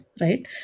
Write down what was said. right